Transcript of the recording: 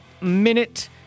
minute